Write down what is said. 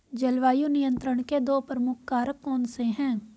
जलवायु नियंत्रण के दो प्रमुख कारक कौन से हैं?